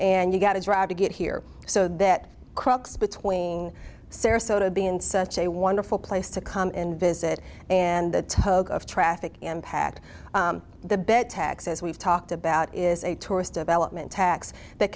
and you got to drive to get here so that crux between sarasota being such a wonderful place to come and visit and the toke of traffic jam packed the bed tax as we've talked about is a tourist of element tax that